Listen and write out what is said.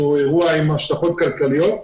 שהוא אירוע עם השלכות כלכליות.